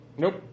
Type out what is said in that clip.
Nope